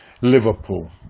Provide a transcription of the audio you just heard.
Liverpool